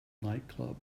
nightclub